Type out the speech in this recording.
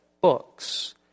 books